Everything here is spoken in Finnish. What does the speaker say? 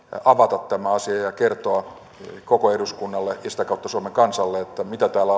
avata tämä asia ja kertoa koko eduskunnalle ja ja sitä kautta suomen kansalle mitä täällä